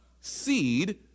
Seed